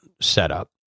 setup